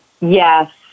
yes